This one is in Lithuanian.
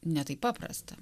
ne taip paprasta